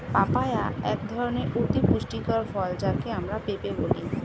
papaya এক ধরনের অতি পুষ্টিকর ফল যাকে আমরা পেঁপে বলি